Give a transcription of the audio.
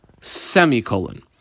Semicolon